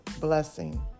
blessing